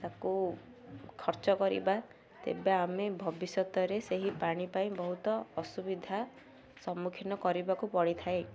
ତାକୁ ଖର୍ଚ୍ଚ କରିବା ତେବେ ଆମେ ଭବିଷ୍ୟତରେ ସେହି ପାଣି ପାଇଁ ବହୁତ ଅସୁବିଧା ସମ୍ମୁଖୀନ କରିବାକୁ ପଡ଼ିଥାଏ